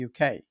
uk